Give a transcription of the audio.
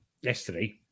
yesterday